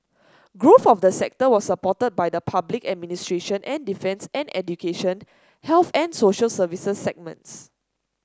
growth of the sector was supported by the public administration and defence and education health and social services segments